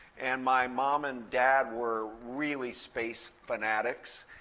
and my mom and dad were really space fanatics.